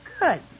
Good